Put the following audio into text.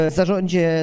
zarządzie